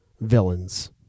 villains